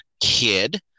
Kid